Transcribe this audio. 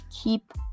keep